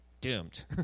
Doomed